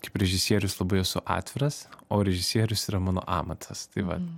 kaip režisierius labai esu atviras o režisierius yra mano amatas tai vat